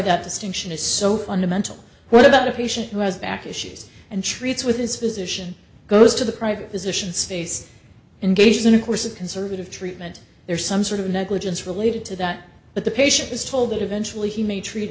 that distinction is so fundamental what about a patient who has back issues and treats with his position goes to the private physician stays in gauges and of course a conservative treatment there is some sort of negligence related to that but the patient is told that eventually he may treat